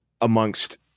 amongst